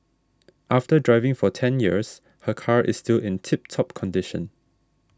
after driving for ten years her car is still in tip top condition